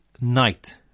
night